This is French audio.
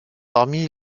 parmi